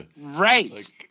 Right